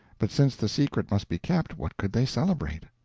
but since the secret must be kept, what could they celebrate?